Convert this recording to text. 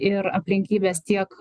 ir aplinkybės tiek